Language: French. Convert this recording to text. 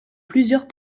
plusieurs